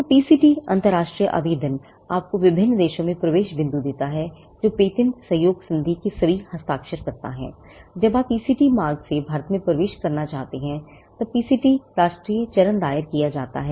तो पीसीटी अंतरराष्ट्रीय आवेदन आपको विभिन्न देशों में प्रवेश बिंदु देता है जो पेटेंट सहयोग संधि के सभी हस्ताक्षरकर्ता हैं जब आप पीसीटी मार्ग से भारत में प्रवेश करना चाहते हैं तब पीसीटी राष्ट्रीय चरण दायर किया जाता है